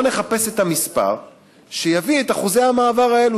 בואו נחפש את המספר שיביא את אחוזי המעבר האלה,